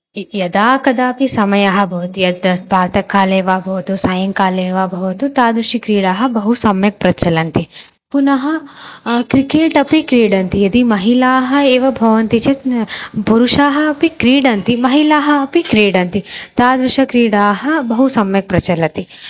यदा कदापि समयः भवति यद् प्रातःकाले वा भवतु सायङ्काले वा भवतु तादृश्यः क्रीडाः बहु सम्यक् प्रचलन्ति पुनः क्रिकेट् अपि क्रीडन्ति यदि महिलाः एव भवन्ति चेत् पुरुषाः अपि क्रीडन्ति महिलाः अपि क्रीडन्ति तादृश्यः क्रीडाः बहु सम्यक् प्रचलन्ति